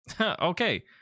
Okay